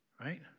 right